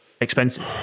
expensive